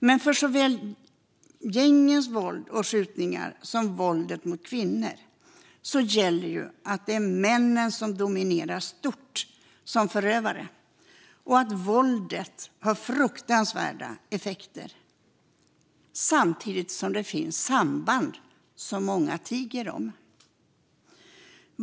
Men för såväl gängens våld och skjutningar som våldet mot kvinnor gäller att män dominerar stort som förövare och att våldet har fruktansvärda effekter - samtidigt som det finns samband som många tiger om.